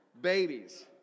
Babies